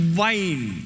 wine